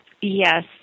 Yes